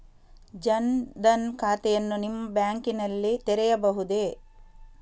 ಜನ ದನ್ ಖಾತೆಯನ್ನು ನಿಮ್ಮ ಬ್ಯಾಂಕ್ ನಲ್ಲಿ ತೆರೆಯಬಹುದೇ?